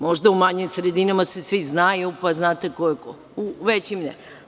Možda u manjim sredinama se svi znaju pa znate ko je ko, ali u većim ne.